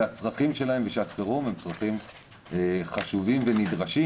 ושהצרכים שלהם בשעת חירום חשובים ונדרשים.